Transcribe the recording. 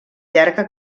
llarga